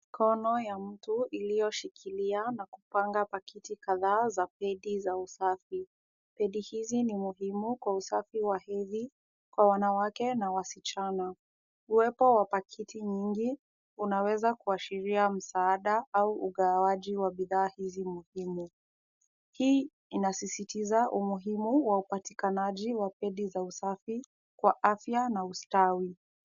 Mkono ya mtu iliyoshikilia na kupanga pakiti kadhaa za pedi za usafi. Pedi hizi ni muhimu kwa usafi wa hivi kwa wanawake na wasichana. Uwepo wa pakiti nyingi unaweza kuashiria msaada au ugawaji wa bidhaa hizi muhimu. Hii inasisitiza umuhimu wa upatikanaji wa pedi za usafi kwa afya na ustawi.